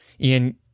Ian